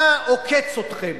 מה עוקץ אתכם?